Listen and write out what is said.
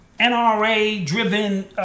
NRA-driven